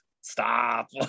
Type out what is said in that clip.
stop